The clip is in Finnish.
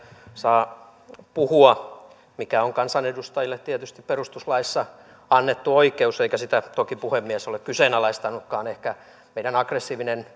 saa puhua mikä on kansanedustajille tietysti perustuslaissa annettu oikeus eikä sitä toki puhemies ole kyseenalaistanutkaan ehkä meidän aggressiivinen